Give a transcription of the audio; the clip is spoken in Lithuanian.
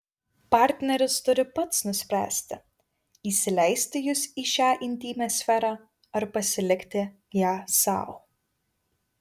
partneris turi pats nuspręsti įsileisti jus į šią intymią sferą ar pasilikti ją sau